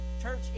Church